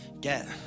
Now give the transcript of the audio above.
get